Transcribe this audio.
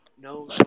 No